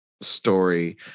story